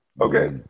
okay